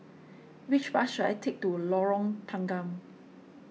which bus should I take to Lorong Tanggam